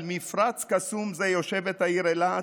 על מפרץ קסום זה יושבת העיר אילת,